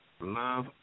Love